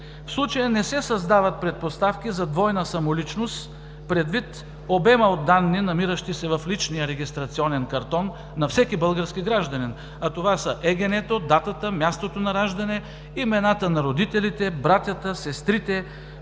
В случая не се създават предпоставки за двойна самоличност, предвид обема от данни, намиращи се в личния регистрационен картон на всеки български гражданин, а това са: ЕГН, датата, мястото на раждане, имената на родителите, братята, сестрите,